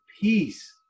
peace